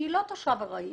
שהיא לא של תושב ארעי.